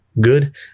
good